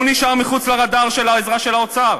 הוא נשאר מחוץ לרדאר של העזרה של האוצר.